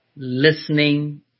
listening